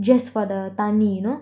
just for the thanni you know